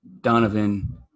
Donovan